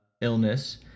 illness